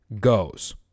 goes